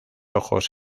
ojos